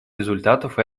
результатов